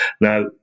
Now